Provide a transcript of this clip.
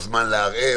או זמן לערער,